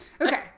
Okay